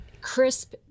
crisp